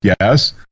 yes